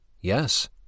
Yes